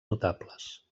notables